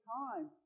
time